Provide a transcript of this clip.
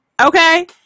Okay